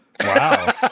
Wow